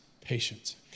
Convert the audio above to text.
patience